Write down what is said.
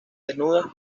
desnuda